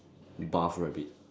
buff rabbit